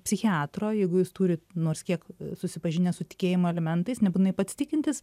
psichiatro jeigu jis turi nors kiek susipažinęs su tikėjimo alimentais nebūtinai pats tikintis